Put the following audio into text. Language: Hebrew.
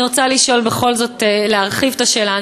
אני רוצה לשאול בכל זאת, להרחיב את השאלה.